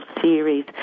series